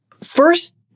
first